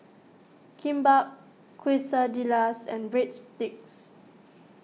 Kimbap Quesadillas and Breadsticks